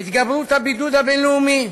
התגברות הבידוד הבין-לאומי,